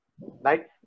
right